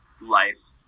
life